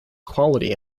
quality